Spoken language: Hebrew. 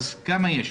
אז כמה יש?